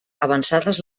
avançades